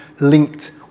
linked